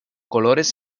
colores